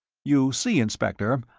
you see, inspector,